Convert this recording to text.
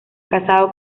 casado